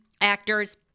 actors